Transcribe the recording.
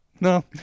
no